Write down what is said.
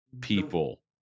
people